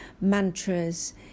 mantras